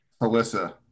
Alyssa